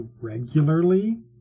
regularly